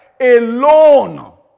alone